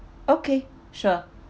okay sure